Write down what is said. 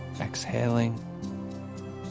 Exhaling